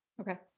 Okay